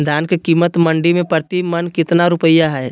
धान के कीमत मंडी में प्रति मन कितना रुपया हाय?